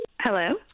hello